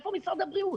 איפה משרד הבריאות?